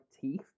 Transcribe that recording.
teeth